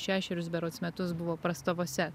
šešerius berods metus buvo prastovose